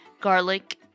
garlic